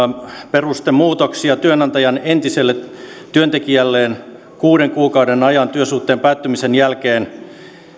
perustemuutoksia työnantajan entiselle työntekijälleen kuuden kuukauden ajan työsuhteen päättymisen jälkeen